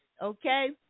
okay